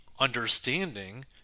Understanding